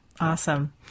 Awesome